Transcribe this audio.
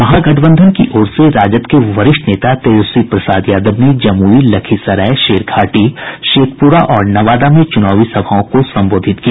महागठबंधन की ओर से राजद के वरिष्ठ नेता तेजस्वी प्रसाद यादव ने जमुई लखीसराय शेरघाटी शेखपुरा और नवादा में चुनावी सभाओं को संबोधित किया